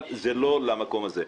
אבל זה לא למקום הזה.